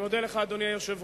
אני מודה לך, אדוני היושב-ראש.